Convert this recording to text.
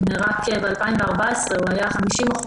ב-2014 הוא היה 50%,